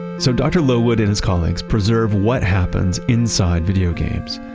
so, dr. lowood and his colleagues preserve what happens inside video games.